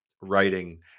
writing